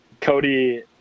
Cody